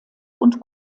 und